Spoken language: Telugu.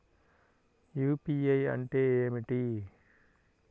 యూ.పీ.ఐ అంటే ఏమిటి?